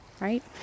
right